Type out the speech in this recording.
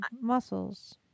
muscles